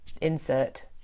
Insert